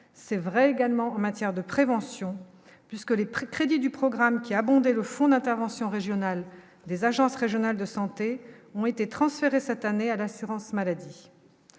c'est vrai également en matière de prévention puisque les prix crédits du programme qui a abondé le fonds d'intervention Régionale des agences régionales de santé ont été transféré cette année à l'assurance maladie,